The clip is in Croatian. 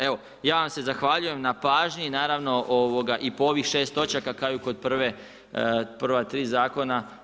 Evo, ja vam se zahvaljujem na pažnji i naravno i po ovih 6 točaka kao i kod prva tri zakona.